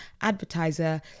advertiser